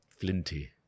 Flinty